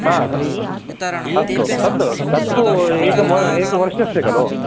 हा अस्तु अस्तु तत्तु एकं एकवर्षस्य खलु